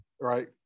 right